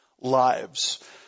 lives